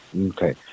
Okay